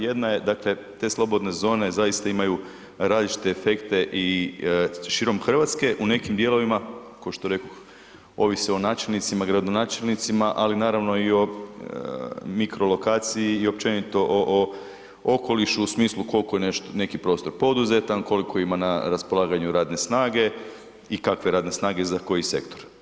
Jedna je, dakle te slobodne zone zaista imaju različite efekte širom Hrvatske u nekim dijelovima kao što rekoh, ovisi o načelnicima, gradonačelnicima, ali naravno i o mikrolokaciji i općenito o okolišu u smislu koliko je neki prostor poduzetan, koliko ima na raspolaganju radne snage i kakve radne snage i za koji sektor.